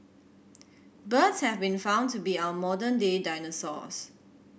birds have been found to be our modern day dinosaurs